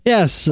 Yes